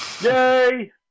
Yay